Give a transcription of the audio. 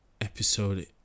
episode